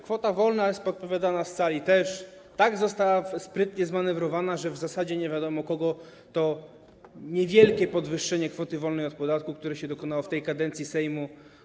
Kwota wolna - jak podpowiada sala - też została tak sprytnie zmanewrowana, że w zasadzie nie wiadomo, kogo to niewielkie podwyższenie kwoty wolnej od podatku, które się dokonało w tej kadencji Sejmu.